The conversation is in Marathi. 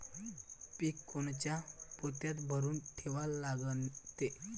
पीक कोनच्या पोत्यात भरून ठेवा लागते?